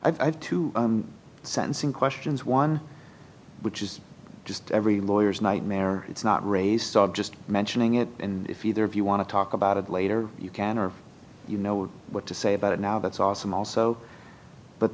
i've to sentencing questions one which is just every lawyers nightmare it's not raise thought just mentioning it and if either of you want to talk about it later you can or you know what to say about it now that's awesome also but